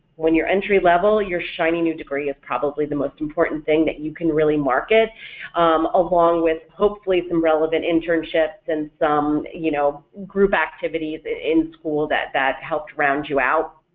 when you're entry-level, your shiny new degree is probably the most important thing that you can really market along with hopefully some relevant internships and some you know group activities and in school that that helped round you out.